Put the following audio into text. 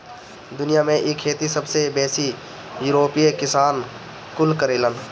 दुनिया में इ खेती सबसे बेसी यूरोपीय किसान कुल करेलन